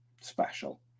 special